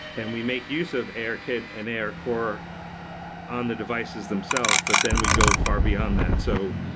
and we make use of arkit and arcore on the devices themselves, but then we go far beyond that. so,